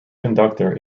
conductor